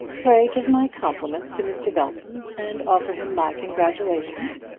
pray give my compliments to mr. belton, and offer him my congratulations,